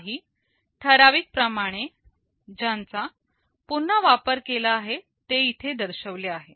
काही ठराविक प्रमाणे ज्यांचा पुन्हा वापर केला आहे ते इथे दर्शविले आहे